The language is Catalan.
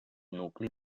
nucli